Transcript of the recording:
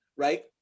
right